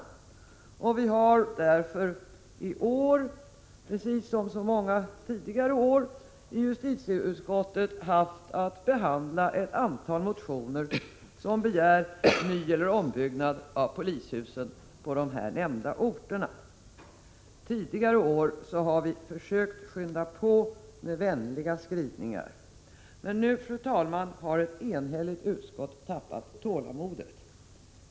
Justitieutskottet har därför i år precis som så många tidigare år haft att behandla ett antal motioner som begär nyeller ombyggnad av polishusen på de nämnda orterna. Tidigare år har vi försökt skynda på med vänliga skrivningar, men nu, fru talman, har ett enigt utskott tappat tålamodet.